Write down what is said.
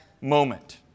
moment